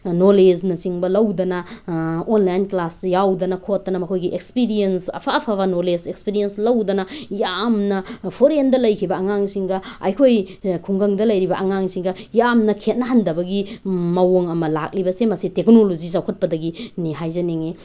ꯅꯣꯂꯦꯖꯅꯆꯤꯡꯕ ꯂꯧꯗꯅ online class ꯌꯥꯎꯗꯅ ꯈꯣꯠꯇꯅ ꯃꯈꯣꯏꯒꯤ ꯑꯦꯛꯁꯄꯤꯔꯤꯌꯦꯟꯁ ꯑꯐ ꯑꯐꯕ ꯅꯣꯂꯦꯖ ꯑꯦꯛꯁꯄꯤꯔꯤꯌꯦꯟꯁ ꯂꯧꯗꯅ ꯌꯥꯝꯅ ꯐꯣꯔꯦꯟꯗ ꯂꯩꯈꯤꯕ ꯑꯉꯥꯡꯁꯤꯡꯒ ꯑꯩꯈꯣꯏ ꯈꯨꯡꯒꯪꯗ ꯂꯩꯔꯤꯕ ꯑꯉꯥꯡꯁꯤꯒ ꯌꯥꯝꯅ ꯈꯦꯠꯅꯍꯟꯗꯕꯒꯤ ꯃꯑꯣꯡ ꯑꯃ ꯂꯥꯛꯂꯤꯕꯁꯤ ꯃꯁꯤ ꯇꯦꯛꯅꯣꯂꯣꯖꯤ ꯆꯥꯎꯈꯠꯄꯗꯒꯤꯅꯤ ꯍꯥꯏꯖꯅꯤꯡꯉꯤ